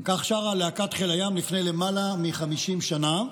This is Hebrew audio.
כך שרה להקת חיל הים לפני למעלה מ-50 שנה.